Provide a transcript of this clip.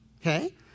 Okay